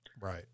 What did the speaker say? Right